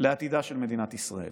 לעתידה של מדינת ישראל.